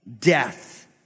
death